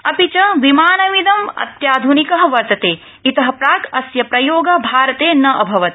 अपि च विमानमिदं अत्याधनिक वर्तते इतः प्राक् अस्य प्रयोग भारते न अभवत्